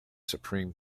supreme